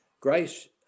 Grace